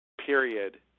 period